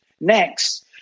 Next